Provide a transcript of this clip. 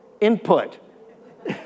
Input